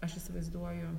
aš įsivaizduoju